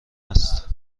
است